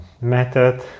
method